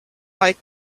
like